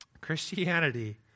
Christianity